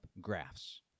graphs